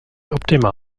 optimal